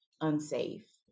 unsafe